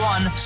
One